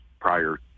prior